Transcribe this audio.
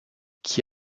qui